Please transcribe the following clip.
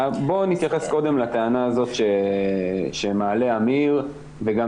בוא נתייחס קודם לטענה הזאת שמעלה עמיר וגם